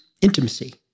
intimacy